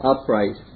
Upright